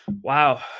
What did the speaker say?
Wow